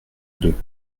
deux